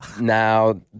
now